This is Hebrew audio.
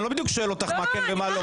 אני לא בדיוק שואל אותך מה כן ומה לא.